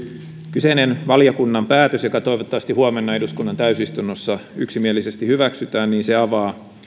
kyseinen valiokunnan päätös joka toivottavasti huomenna eduskunnan täysistunnossa yksimielisesti hyväksytään avaa